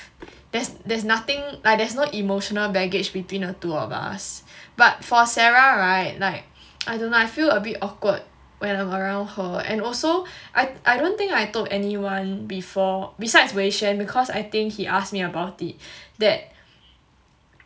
there's there's nothing there's no emotional baggage between the two of us but for sarah [right] like I don't know I feel a bit awkward when I'm around her and also I I don't think I told anyone before besides wei xuan because I think he ask me about it that